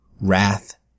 Wrath